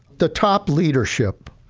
the top leadership,